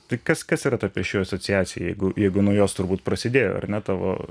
tai kas kas yra ta pėsčiųjų asociacija jeigu jeigu nuo jos turbūt prasidėjo ar ne tavo